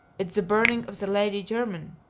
it's the burning of the lady jermyn!